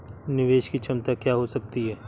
निवेश की क्षमता क्या हो सकती है?